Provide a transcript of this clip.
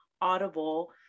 audible